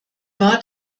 war